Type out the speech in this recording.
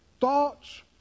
Thoughts